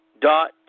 dot